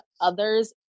others